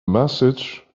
message